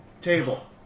Table